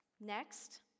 Next